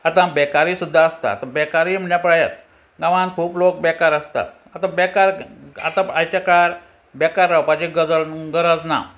आतां बेकारी सुद्दां आसता आतां बेकारी म्हणल्या पळयात गांवांत खूब लोक बेकार आसतात आतां बेकार आतां आयच्या काळार बेकार रावपाची गजाल गरज ना